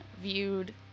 viewed